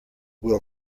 will